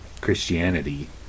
Christianity